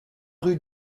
rue